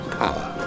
power